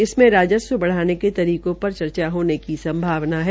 इसमें राजस्व बढ़ाने के तरीकों पर चर्चा होने की संभावना है